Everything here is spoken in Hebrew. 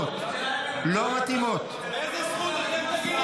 חבר הכנסת עטאונה,